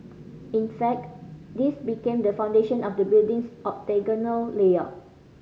in fact this became the foundation of the building's octagonal layout